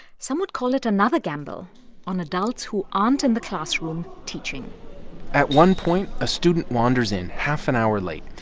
some would call it another gamble on adults who aren't in the classroom, teaching at one point, a student wanders in half an hour late.